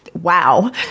wow